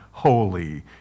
Holy